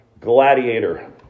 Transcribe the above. gladiator